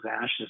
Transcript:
ashes